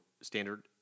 standard